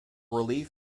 relief